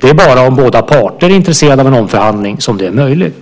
Det är bara om båda parter är intresserade av en omförhandling som den är möjlig.